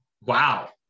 wow